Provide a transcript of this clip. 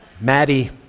Maddie